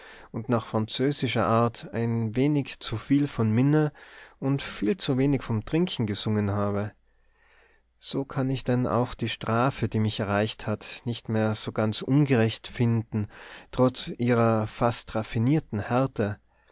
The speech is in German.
und nach französischer art ein wenig zuviel von minne und viel zu wenig vom trinken gesungen habe so kann ich denn auch die strafe die mich erreicht hat nicht mehr so ganz ungerecht finden trotz ihrer fast raffinierten härte